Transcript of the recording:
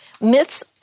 Myths